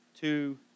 two